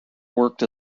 worked